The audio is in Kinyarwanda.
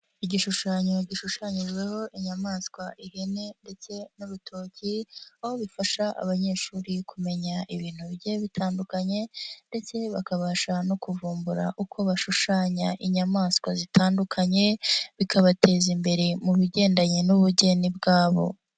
Igishushanyo gishushanyijweho inyamaswa ihene ndetse n'urutoki aho bifasha abanyeshuri kumenya ibintu bigiye bitandukanye ndetse bakabasha no kuvumbura uko bashushanya inyamaswa zitandukanye bikabateza imbere mu bigendanye n'ubugeni bwabo.